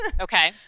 Okay